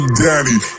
daddy